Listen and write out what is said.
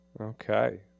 Okay